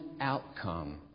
outcome